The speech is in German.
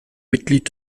mitglied